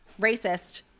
racist